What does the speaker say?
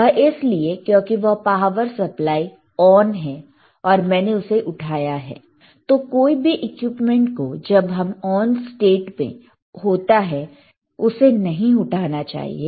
वह इसलिए क्योंकि वह पावर सप्लाई ऑन है और मैंने उसे उठाया है तो कोई भी इक्विपमेंट को जब वह ऑन स्टेट में होता है उसे नहीं उठाना चाहिए